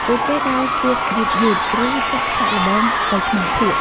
ពួកគេដើរស្ទាបយឺតៗ ឬចាក់សាកល្បងទៅក្នុងភក់។